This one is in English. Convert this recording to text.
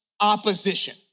opposition